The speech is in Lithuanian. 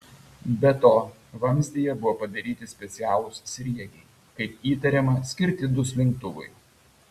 be to vamzdyje buvo padaryti specialūs sriegiai kaip įtariama skirti duslintuvui